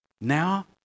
Now